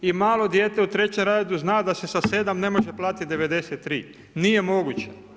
I malo dijete u trećem razredu zna da se sa 7 ne može platit 93, nije moguće.